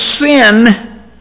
sin